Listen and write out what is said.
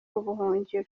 ubuhungiro